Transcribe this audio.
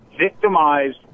victimized